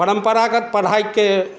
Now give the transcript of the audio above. परम्परागत पढ़ाइके